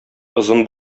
озын